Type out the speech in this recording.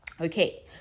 Okay